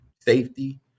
safety